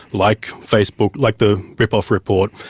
like facebook, like the ripoff report,